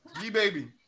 G-Baby